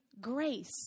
grace